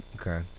okay